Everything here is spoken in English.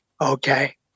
okay